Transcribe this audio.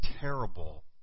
terrible